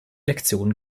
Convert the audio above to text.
lektion